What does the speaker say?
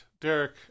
Derek